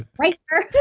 right here,